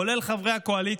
כולל חברי הקואליציה,